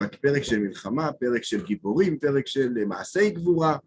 פרק של מלחמה, פרק של גיבורים, פרק של מעשי גבורה.